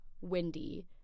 windy